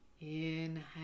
Inhale